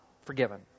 forgiven